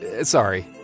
sorry